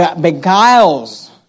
beguiles